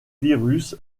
virus